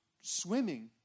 Swimming